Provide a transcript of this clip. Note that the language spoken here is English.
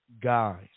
guys